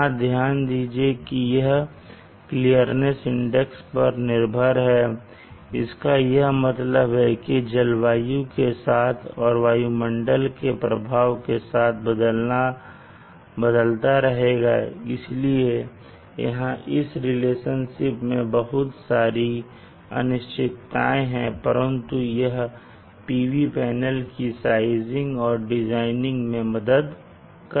यहां ध्यान दीजिए की यह क्लीर्निस इंडेक्स पर निर्भर है इसका यह मतलब है कि यह जलवायु के साथ और वायुमंडल के प्रभाव के साथ बदलता रहेगा इसलिए यहां इस रिलेशनशिप में बहुत सारी अनिश्चितता है परंतु यह PV पैनल की साइजिंग और डिज़ाइनिंग में मदद करता है